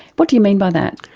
what do you mean by that?